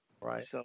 Right